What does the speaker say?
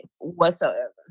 whatsoever